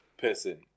Person